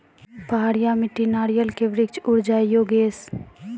पहाड़िया मिट्टी नारियल के वृक्ष उड़ जाय योगेश?